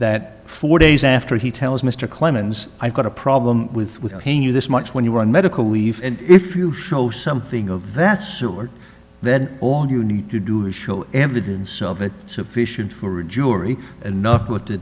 that four days after he tells mr clemens i've got a problem with without pain you this much when you're on medical leave and if you show something of that sort then all you need to do is show evidence of it sufficient for a jury